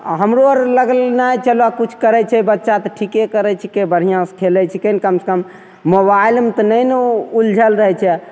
आओर हमरो अर लगल नहि चलऽ किछु करय छै बच्चा तऽ ठीके करय छीकै बढ़िआँसँ खेलय छीकै कम सँ कम मोबाइलमे तऽ नहि ने उलझल रहय छै